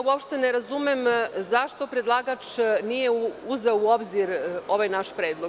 Uopšte ne razumem zašto predlagač nije uzeo u obzir ovaj naš predlog.